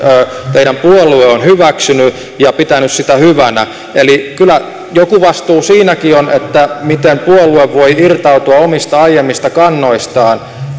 teidän puolueenne on hyväksynyt ja jota pitänyt hyvänä eli kyllä joku vastuu siinäkin on miten puolue voi irtautua omista aiemmista kannoistaan